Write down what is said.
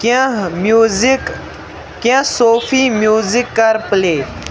کیٚنٛہہ میٛوٗزِک کیٚنٛہہ صوٗفی میٛوٗزِک کَر پُلے